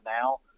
now